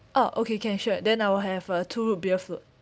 oh okay can sure then I'll have uh two root beer float